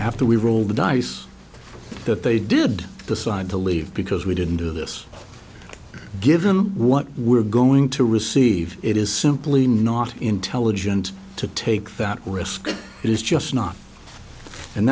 after we rolled the dice that they did decide to leave because we didn't do this given what we're going to receive it is simply not intelligent to take that risk it is just not and